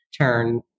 turn